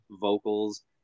vocals